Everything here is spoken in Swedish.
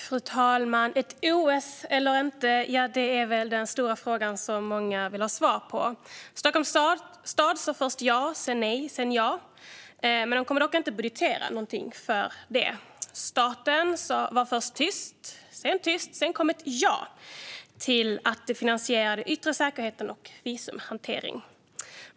Fru talman! Ett OS eller inte är väl den stora frågan som många vill ha svar på. Stockholms stad sa först ja, sedan nej, sedan ja. De kommer dock inte att budgetera något för det. Staten var först tyst, sedan tyst och sedan kom ett ja till att finansiera den yttre säkerheten och visumhanteringen.